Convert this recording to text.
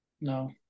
no